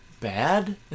Bad